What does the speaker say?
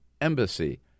embassy